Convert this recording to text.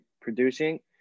producing